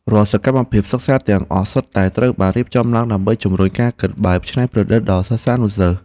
រាល់សកម្មភាពសិក្សាទាំងអស់សុទ្ធតែត្រូវបានរៀបចំឡើងដើម្បីជំរុញការគិតបែបច្នៃប្រឌិតដល់សិស្សានុសិស្ស។